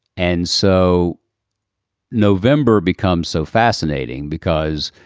and so november becomes so fascinating because.